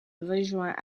rejoint